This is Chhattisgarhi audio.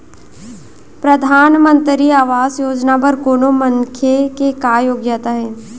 परधानमंतरी आवास योजना बर कोनो मनखे के का योग्यता हे?